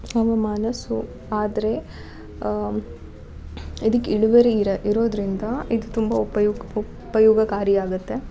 ಹವಮಾನ ಸೋ ಆದರೆ ಇದಕ್ಕೆ ಇಳುವರಿ ಇರ ಇರೋದರಿಂದ ಇದು ತುಂಬಾ ಉಪಯೋಗ ಉಪಯೋಗಕಾರಿಯಾಗತ್ತೆ